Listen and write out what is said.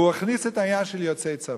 והוא הכניס את העניין של יוצאי צבא.